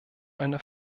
eine